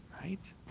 Right